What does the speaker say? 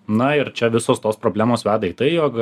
na ir čia visos tos problemos veda į tai jog